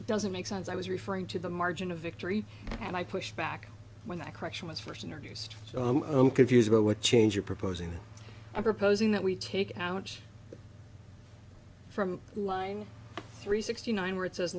it doesn't make sense i was referring to the margin of victory and i pushed back when that question was first introduced so i'm confused about what change you're proposing that i'm proposing that we take out from line three sixty nine where it says